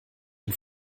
den